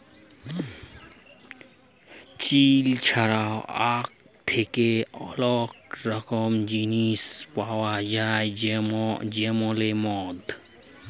chilli ছাড়াও আখ থ্যাকে অলেক রকমের জিলিস পাউয়া যায় যেমল মদ